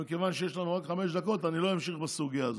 מכיוון שיש לנו רק חמש דקות אני לא אמשיך בסוגיה הזאת,